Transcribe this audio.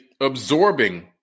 absorbing